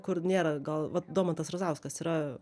kur nėra gal vat domantas razauskas yra